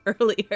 earlier